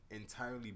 entirely